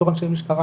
בתור אנשי משטרה,